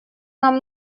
нам